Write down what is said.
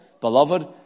Beloved